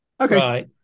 Okay